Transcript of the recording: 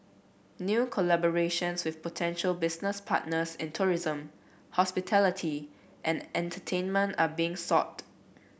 new collaborations with potential business partners in tourism hospitality and entertainment are being sought